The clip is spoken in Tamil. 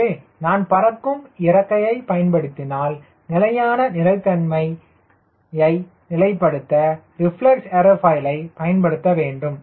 எனவே நான் பறக்கும் இறக்கையை பயன்படுத்தினால் நிலையான நிலைத்தன்மையை நிலைப்படுத்த ரிஃப்ளெக்ஸ் ஏர்ஃபாயிலை பயன்படுத்த வேண்டும்